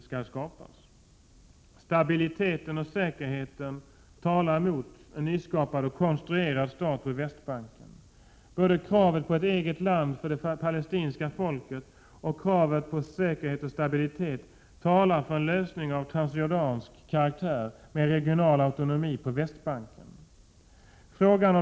Stabiliteten och säkerheten talar emot en nyskapad och konstruerad stat på Västbanken. Både kravet på ett eget land för det palestinska folket och kravet på säkerhet och stabilitet talar för en lösning av transjordansk karaktär med regional autonomi på Västbanken.